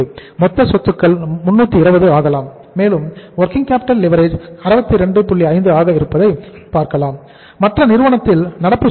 மொத்த சொத்துக்கள் 320 ஆகலாம் மேலும் வொர்கிங் கேப்பிட்டல் லிவரேஜ் 27